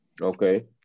Okay